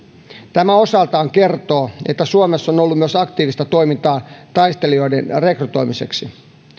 tämä osaltaan kertoo että suomessa on ollut myös aktiivista toimintaa taistelijoiden rekrytoimiseksi